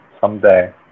someday